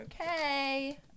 Okay